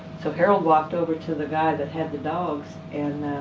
so harold walked over to the guy that had the dogs and